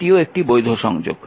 এটিও একটি বৈধ সংযোগ